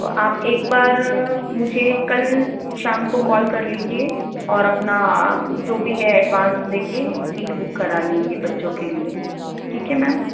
तो आप एक बार मुझे कल शाम को कॉल कर लीजिए और अपना जो भी है एडवांस दे के सीट बुक करा लीजिए बच्चों के लिए ठीक है मैम